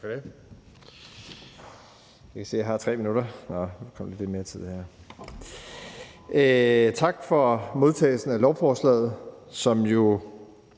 Tak for modtagelsen af lovforslaget, som jo